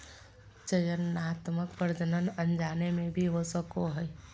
चयनात्मक प्रजनन अनजाने में भी हो सको हइ